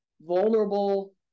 vulnerable